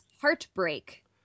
Heartbreak